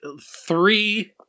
three